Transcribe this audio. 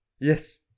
Yes